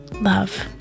love